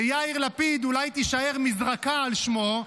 ליאיר לפיד אולי תישאר מזרקה על שמו,